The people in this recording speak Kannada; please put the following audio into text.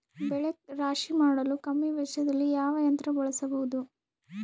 ಬೆಳೆ ರಾಶಿ ಮಾಡಲು ಕಮ್ಮಿ ವೆಚ್ಚದಲ್ಲಿ ಯಾವ ಯಂತ್ರ ಬಳಸಬಹುದು?